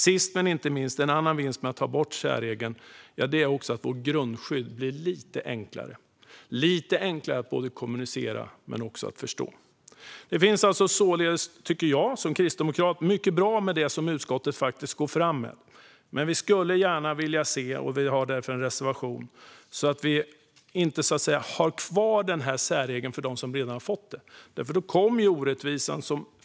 Sist men inte minst är en annan vinst med att ta bort särregeln att vårt grundskydd blir lite enklare att både kommunicera och förstå. Jag som kristdemokrat tycker således att det finns mycket som är bra med det som utskottet lägger fram. Vi har dock en reservation då vi gärna skulle se att särregeln inte finns kvar för dem som redan fått ta del av den.